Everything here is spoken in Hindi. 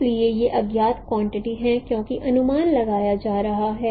इसलिए ये अज्ञात क्वांटिटी हैं क्योंकि अनुमान लगाया जा रहा है